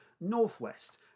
northwest